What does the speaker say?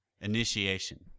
Initiation